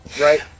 Right